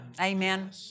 Amen